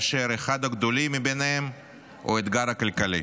ואחד הגדולים בהם הוא האתגר הכלכלי.